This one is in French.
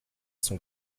son